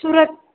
Surat